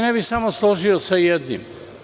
Ne bih se samo složio sa jednim.